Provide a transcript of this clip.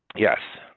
yes.